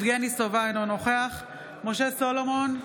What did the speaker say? יבגני סובה, אינו נוכח משה סולומון,